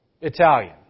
Italian